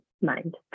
mind